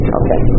okay